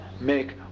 make